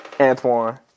Antoine